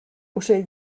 ocell